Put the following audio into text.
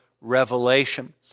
revelation